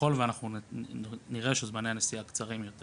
וככל ואנחנו נראה שזמני הנסיעה קצרים יותר